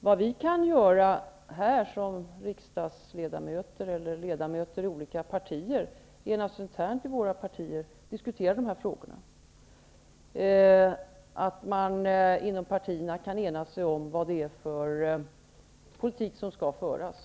Vad vi riksdagsledamöter kan göra är att som medlemmar i våra olika partier internt diskutera dessa frågor, så att man inom partierna kan ena sig om vilken politik som skall föras.